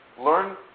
Learn